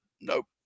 nope